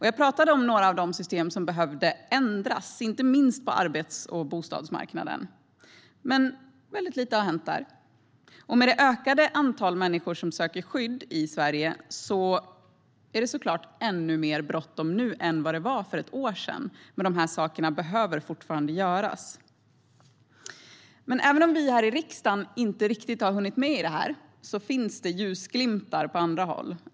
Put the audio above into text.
Jag talade om några av de system som behövde ändras, inte minst på arbets och bostadsmarknaden. Men väldigt lite har hänt där. Med det ökade antal människor som söker skydd i Sverige är det såklart ännu mer bråttom nu än det var för ett år sedan, och de här sakerna behöver fortfarande göras. Även om vi här i riksdagen inte riktigt har hunnit med finns det ljusglimtar på andra håll.